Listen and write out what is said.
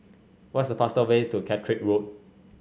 what is the fastest way to Catterick Road